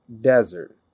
desert